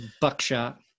Buckshot